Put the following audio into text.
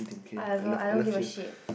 whatever I don't give a shit